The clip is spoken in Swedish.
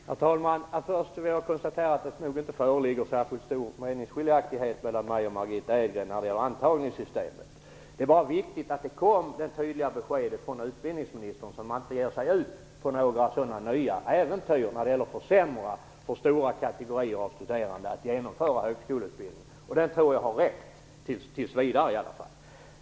Herr talman! Jag vill först konstatera att det nog inte föreligger särskilt stora meningsskiljaktigheter mellan mig och Margitta Edgren när det gäller antagningssystemet. Det är bara viktigt att utbildningsministern gav sitt tydliga besked, så att man inte ger sig ut på några nya äventyr när det gäller att försämra möjligheterna för stora kategorier av studerande att genomföra högskoleutbildning. Därvidlag tror jag att jag i varje fall tills vidare har rätt.